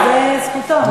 זו זכותו.